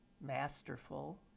masterful